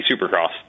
Supercross